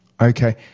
Okay